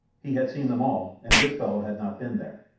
he had seen them all, and this fellow had not been there.